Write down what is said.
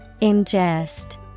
Ingest